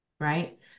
right